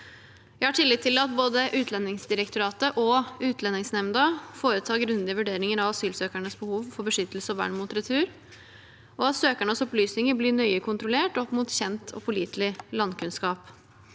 Jeg har tillit til at både Utlendingsdirektoratet og Utlendingsnemnda foretar grundige vurderinger av asylsøkernes behov for beskyttelse og vern mot retur og at søkernes opplysninger blir nøye kontrollert opp mot kjent og pålitelig landkunnskap.